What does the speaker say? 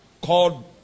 called